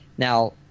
Now